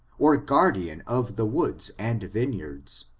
or guardian of the woods and vineyards.